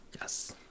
yes